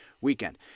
weekend